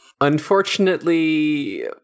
Unfortunately